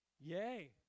Yay